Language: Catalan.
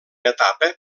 etapa